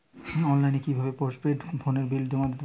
অনলাইনে কি ভাবে পোস্টপেড ফোনের বিল জমা করব?